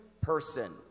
person